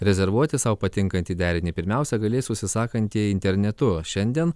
rezervuoti sau patinkantį derinį pirmiausia galės užsisakantieji internetu šiandien